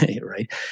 right